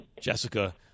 Jessica